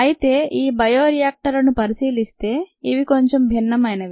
అయితే ఈ బయో రియాక్టర్లను పరిశీలిస్తే ఇవి కొంచెం భిన్నమైనవి